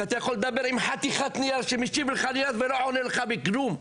כי אתה יכול לדבר עם חתיכת נייר שמשיב לך נייר ולא עונה לך בכלום.